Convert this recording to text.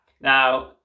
Now